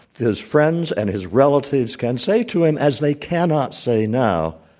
his friends and his relatives can say to him, as they cannot say now,